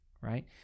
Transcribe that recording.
right